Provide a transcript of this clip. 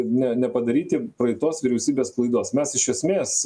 ne nepadaryti praeitos vyriausybės klaidos mes iš esmės